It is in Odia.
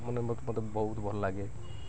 ମାନେ ମତେ ମତେ ବହୁତ ଭଲ ଲାଗେ